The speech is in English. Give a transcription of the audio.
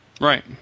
right